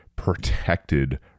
protected